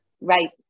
right